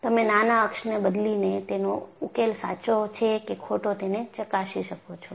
તમે નાના અક્ષ ને બદલીને તેનો ઉકેલ સાચો છે કે ખોટો તેને ચકાસી શકો છો